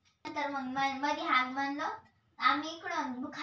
गेल्या सह दशकांपासून भारतात द्राक्षाचे व्यावसायिक उत्पादन होत आहे